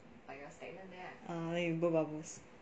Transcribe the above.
ah then you blow bubbles